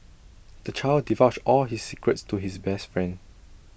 the child divulged all his secrets to his best friend